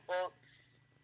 books